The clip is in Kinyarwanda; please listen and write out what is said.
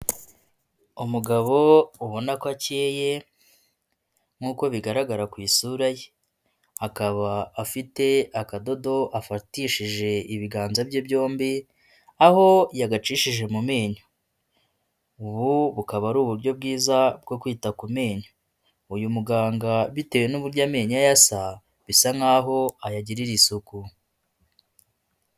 Umugabo ubona ko akeye nk'uko bigaragara ku isura ye akaba afite akadodo afatishije ibiganza bye byombi, aho yagacishije mu menyo ubu bukaba ari uburyo bwiza bwo kwita ku menyo, uyu muganga bitewe n'uburyo amenyo ye asa bisa nkaho ayagirira isuku.